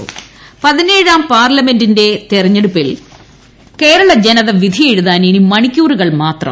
Kerala election പതിനേഴാം parliament തെരഞ്ഞെടുപ്പിൽ കേരള ജനത വിധിയെഴുതാൻ ഇനി മണിക്കൂറുകൾ മാത്രം